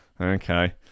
Okay